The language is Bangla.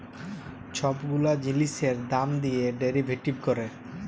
ছব গুলা জিলিসের দাম দিঁয়ে ডেরিভেটিভ ক্যরে